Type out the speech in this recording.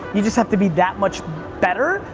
you just have to be that much better,